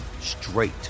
straight